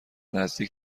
نزدیک